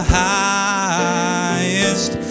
highest